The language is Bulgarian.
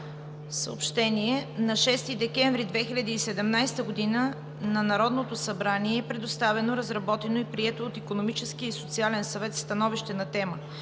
Съобщения: - На 6 декември 2017 г. на Народното събрание е предоставено, разработено и прието от Икономическия и социален съвет становище на тема: